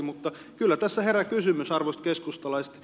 mutta kyllä tässä herää kysymys arvoisat keskustalaiset